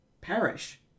perish